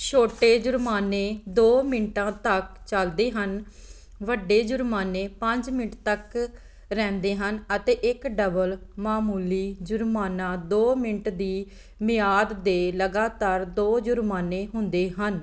ਛੋਟੇ ਜੁਰਮਾਨੇ ਦੋ ਮਿੰਟਾਂ ਤੱਕ ਚੱਲਦੇ ਹਨ ਵੱਡੇ ਜੁਰਮਾਨੇ ਪੰਜ ਮਿੰਟ ਤੱਕ ਰਹਿੰਦੇ ਹਨ ਅਤੇ ਇੱਕ ਡਬਲ ਮਾਮੂਲੀ ਜੁਰਮਾਨਾ ਦੋ ਮਿੰਟ ਦੀ ਮਿਆਦ ਦੇ ਲਗਾਤਾਰ ਦੋ ਜੁਰਮਾਨੇ ਹੁੰਦੇ ਹਨ